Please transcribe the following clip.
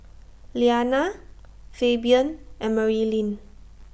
Liana Fabian and Marilyn